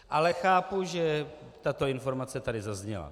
Ale chápu, že tato informace tady zazněla.